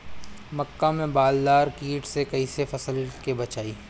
मक्का में बालदार कीट से कईसे फसल के बचाई?